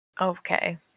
Okay